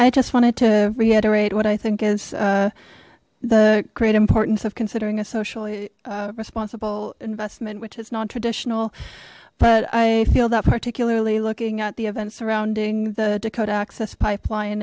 i just wanted to reiterate what i think is the great importance of considering a socially responsible investment which is non traditional but i feel that particularly looking at the events surrounding the dakota access pipeline